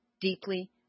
deeply